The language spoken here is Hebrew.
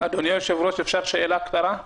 אדוני היושב-ראש, אפשר לשאול שאלה קצרה?